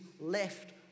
left